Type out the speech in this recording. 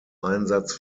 einsatz